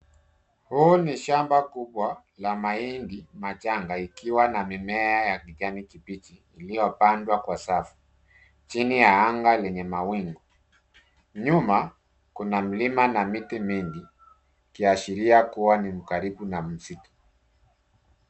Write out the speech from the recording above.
Huu ni shamba kubwa la mahindi machanga ikiwa na mimea ya kijani kibichi iliyopandwa kwa saa, chini ya anga lenye mawingu. Nyuma, kuna mlima na miti mingi ikuashiria kuwa ni karibu na msitu